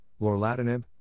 lorlatinib